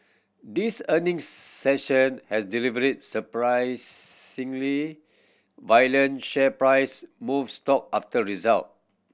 this earnings session has delivery surprisingly violent share price moves stock after result